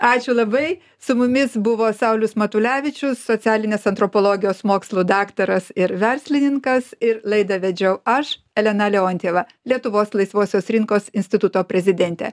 ačiū labai su mumis buvo saulius matulevičius socialinės antropologijos mokslų daktaras ir verslininkas ir laidą vedžiau aš elena leontjeva lietuvos laisvosios rinkos instituto prezidentė